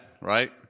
Right